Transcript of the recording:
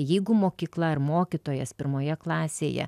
jeigu mokykla ar mokytojas pirmoje klasėje